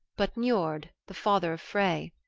but niord, the father of frey.